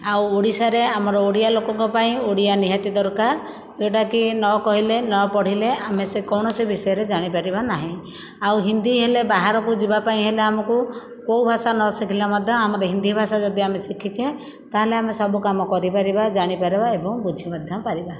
ଆଉ ଓଡ଼ିଶାରେ ଆମର ଓଡ଼ିଆ ଲୋକଙ୍କ ପାଇଁ ଓଡ଼ିଆ ନିହାତି ଦରକାର ଯେଉଁଟାକି ନକହିଲେ ନପଢ଼ିଲେ ଆମେ ସେ କୌଣସି ବିଷୟରେ ଜାଣିପାରିବା ନାହିଁ ଆଉ ହିନ୍ଦି ହେଲେ ବାହାରକୁ ଯିବାପାଇଁ ହେଲେ ଆମକୁ କେଉଁ ଭାଷା ନଶିଖିଲେ ମଧ୍ୟ ଆମର ହିନ୍ଦି ଭାଷା ଯଦି ଆମେ ଶିଖିଛେ ତାହେଲେ ଆମେ ସବୁ କାମ କରିପାରିବା ଜାଣିପାରିବା ଏବଂ ବୁଝି ମଧ୍ୟ ପାରିବା